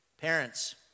Parents